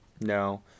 No